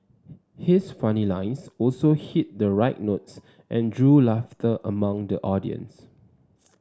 his funny lines also hit the right notes and drew laughter among the audience